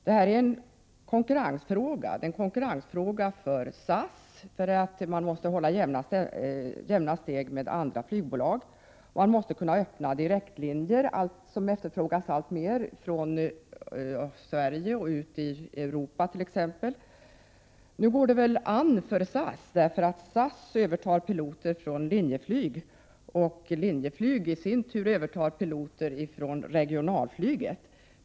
Detta är en konkurrensfråga för SAS. Man måste ju hålla jämna steg med andra flygbolag, och man måste t.ex. kunna öppna direktlinjer — som efterfrågas alltmer — från Sverige till Europa. Nu går det väl an för SAS, eftersom SAS övertar piloter från Linjeflyg, som i sin tur övertar piloter från regionalflyget.